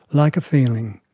like a feeling.